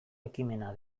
ekimena